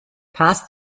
past